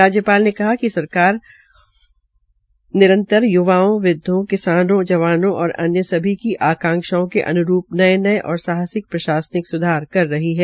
राज्यपाल ने कहा कि सरकार निरतंर य्वाओं वृद्वों किसानों जवानों और अन्य सभी की आकांक्षाओं के अन्रूप नये नये और साहसिक प्रशासनिक सुधार कर रही है